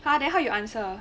!huh! then how your answer